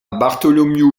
bartholomew